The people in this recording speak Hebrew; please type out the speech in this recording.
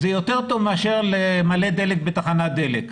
למרות שזה יותר טוב מאשר למלא דלק בתחנת דלק,